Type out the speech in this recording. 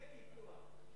זה כבר קיפוח.